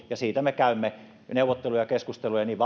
ja siitä me käymme neuvotteluja ja keskusteluja niin